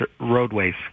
roadways